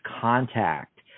contact